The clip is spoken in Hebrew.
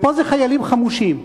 ופה אלה חיילים חמושים,